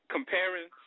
Comparing